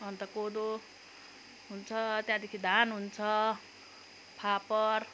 अन्त कोदो हुन्छ त्यहाँदेखि धान हुन्छ फापर